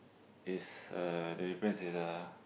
is uh the difference is uh